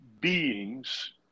beings